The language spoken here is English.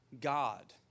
God